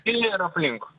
viniuj ir aplink